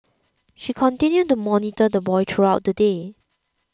she continued to monitor the boy throughout the day